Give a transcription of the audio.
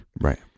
Right